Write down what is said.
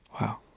Wow